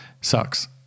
sucks